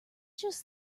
just